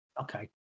okay